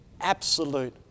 absolute